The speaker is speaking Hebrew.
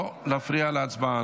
לא להפריע להצבעה.